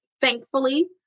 Thankfully